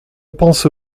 pense